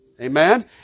Amen